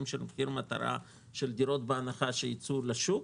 של מחיר מטרה של דירות בהנחה שייצאו לשוק,